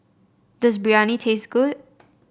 does Biryani taste good